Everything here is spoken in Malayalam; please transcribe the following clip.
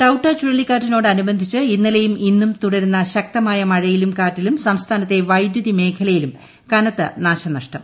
ടൌട്ടെ ചുഴലിക്കാറ്റിനോടനുബന്ധിച്ച് ഇന്നലെയും ഇന്നും തുടരുന്ന ശക്തമായ മഴയിലും കാറ്റിലും സംസ്ഥാനത്തെ വൈദ്യുതി മേഖലയിലും കനത്ത നാശനഷ്ടം